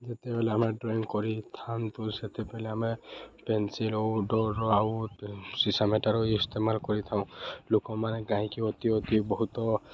ଯେତେବେଲେ ଆମେ ଡ୍ରଇଂ କରିଥାନ୍ତୁ ସେତେବେଲେ ଆମେ ପେନ୍ସିଲ୍ ଆଉ ଡଟ୍ର ଆଉ ସିସାମେଟାବାର୍ ଇସ୍ତେମାଲ୍ କରିଥାଉଁ ଲୋକମାନେ କାହିଁକି ଅତି ଅତି ବହୁତ